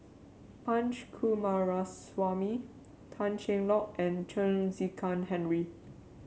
Punch Coomaraswamy Tan Cheng Lock and Chen Henri